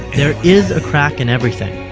there is a crack in everything,